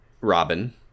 Robin